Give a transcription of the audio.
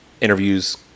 interviews